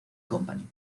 company